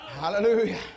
Hallelujah